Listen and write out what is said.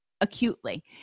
acutely